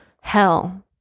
hell